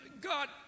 God